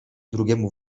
drugiemu